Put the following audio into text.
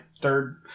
third